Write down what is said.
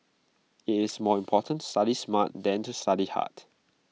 IT is more important to study smart than to study hard